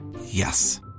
Yes